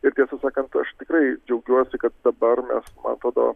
ir tiesą sakant aš tikrai džiaugiuosi kad dabar mes man atrodo